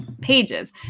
pages